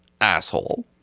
asshole